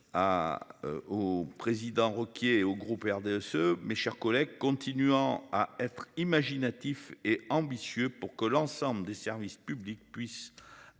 au président Roquier et au groupe RDSE, mes chers collègues, continuant à être imaginatifs et ambitieux pour que l'ensemble des services publics puissent